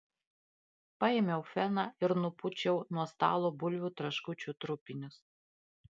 paėmiau feną ir nupūčiau nuo stalo bulvių traškučių trupinius